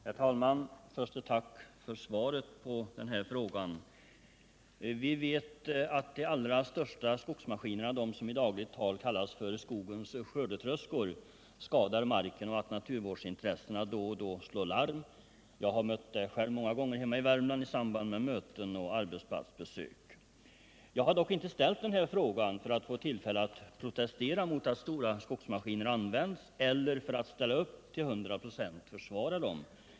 Herr talman! Först ett tack för svaret på frågan. Vi vet att de allra största skogsmaskinerna — de som i dagligt tal kallas för skogens skördetröskor — skadar marken och att naturvårdsintressena då och då slår larm om detta. Jag har själv många gånger mött detta hemma i Värmland i samband med möten och arbetsplatsbesök. Jag har dock inte framställt frågan för att få ullfälle att protestera mot att stora Skogsmaskiner används eller för att ställa upp till 100 96 och försvara dem.